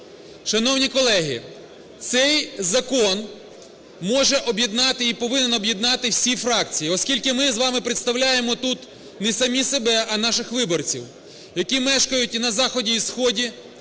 Шановні колеги, цей закон може об'єднати і повинен об'єднати всі фракції. Оскільки ми з вами представляємо тут не самі себе, а наших виборців, які мешкають на заході і сході,